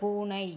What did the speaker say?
பூனை